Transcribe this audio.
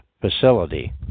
facility